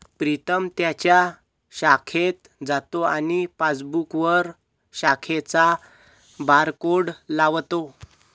प्रीतम त्याच्या शाखेत जातो आणि पासबुकवर शाखेचा बारकोड लावतो